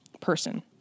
person